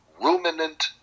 ruminant